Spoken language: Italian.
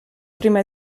prima